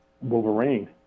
Wolverine